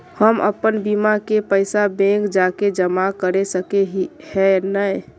हम अपन बीमा के पैसा बैंक जाके जमा कर सके है नय?